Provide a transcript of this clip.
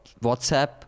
WhatsApp